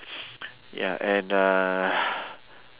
ya and uh